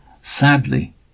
Sadly